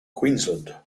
queensland